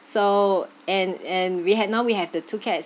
so and and we had now we have the two cats